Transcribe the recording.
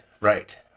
right